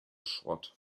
schrott